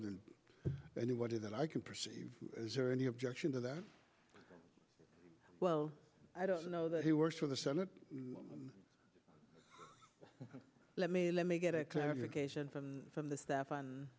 than anybody that i can perceive as or any objection to that well i don't know that he works for the senate but let me let me get a clarification from from the staff on